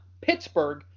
Pittsburgh